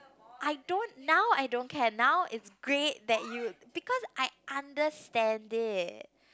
I don't now I don't care now is great that you because I understand it